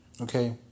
Okay